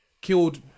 Killed